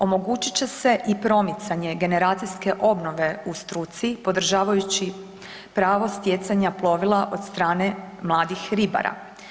Omogućit će se i promicanje generacijske obnove u struci podržavajući pravo stjecanja plovila od strane mladih ribara.